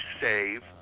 save